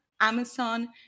Amazon